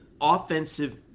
offensive